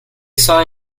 saw